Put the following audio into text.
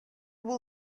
will